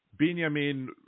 Binyamin